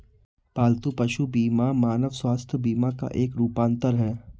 पालतू पशु बीमा मानव स्वास्थ्य बीमा का एक रूपांतर है